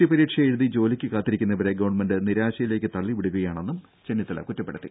C പരീക്ഷ എഴുതി ജോലിക്ക് കാത്തിരിക്കുന്നവരെ ഗവൺമെന്റ് നിരാശയിലേക്ക് തള്ളിവിടുകയാണെന്നും ചെന്നിത്തല കുറ്റപ്പെടുത്തി